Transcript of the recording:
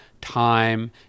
time